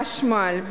חשמל,